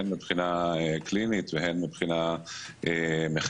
הן מבחינה קלינית והן מבחינה מחקרית.